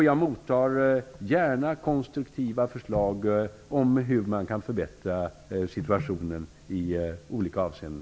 Jag mottar gärna konstruktiva förslag på hur man kan förbättra situationen här i olika avseenden.